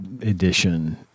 edition